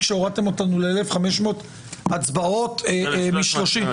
שהורדתם אותנו ל-1,500 הצבעות מ-30 --- 1,375.